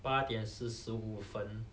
八点四十五分